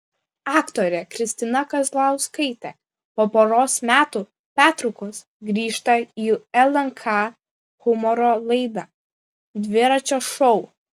aktorė kristina kazlauskaitė po poros metų pertraukos grįžta į lnk humoro laidą dviračio šou